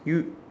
you